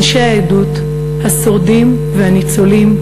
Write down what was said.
אנשי העדות השורדים והניצולים,